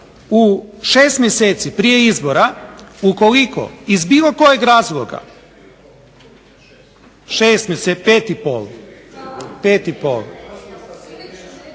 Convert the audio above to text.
u 6 mjeseci prije izbora ukoliko iz bilo kojeg razloga 6 mjeseci, 5,5 …